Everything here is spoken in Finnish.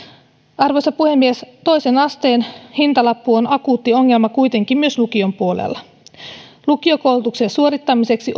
arvoisa puhemies toisen asteen hintalappu on akuutti ongelma kuitenkin myös lukion puolella lukiokoulutuksen suorittamiseksi